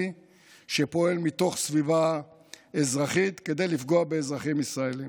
שפועל מתוך סביבה אזרחית כדי לפגוע באזרחים ישראלים.